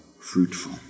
fruitful